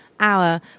hour